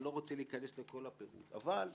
אני לא רוצה להיכנס לכל הפירוט, אבל,